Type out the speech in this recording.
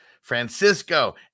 Francisco